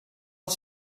het